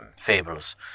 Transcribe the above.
fables